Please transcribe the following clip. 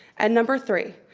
and number three.